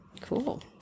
Cool